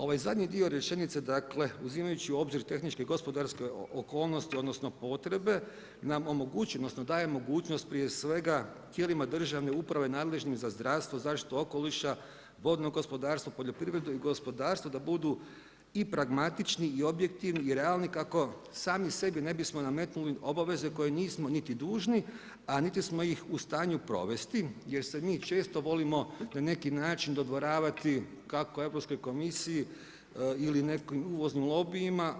Ovaj zadnji dio rečenice, dakle uzimajući u obzir tehničke i gospodarske okolnosti odnosno potrebe daje mogućnost prije svega tijelima državne uprave nadležnim za zdravstvo, zaštitu okoliša, vodnog gospodarstva, poljoprivredu i gospodarstvo, da budu i pragmatični i objektivni i realni kako sami sebi ne bismo nametnuli obaveze koje nismo niti dužni, a niti smo ih u stanju provesti jer se mi često volimo na neki način dodvoravati kako Europskoj komisiji ili nekim uvoznim lobijima.